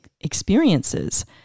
experiences